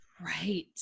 Right